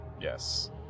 Yes